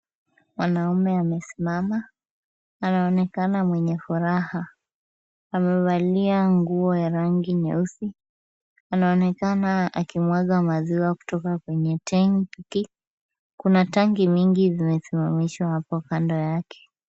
Mwanaume amesimama. Anaonekana mwenye furaha. Amevalia nguo ya rangi nyeusi. Anaonekana akimwaga maziwa kutoka kwenye tangi. Kuna tangi mingi zimesimamishwa hapo kando yake.